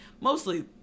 mostly